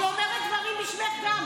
אני אומרת דברים גם בשמך,